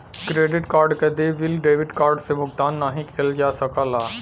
credit card क देय bill debit card से भुगतान नाहीं किया जा सकला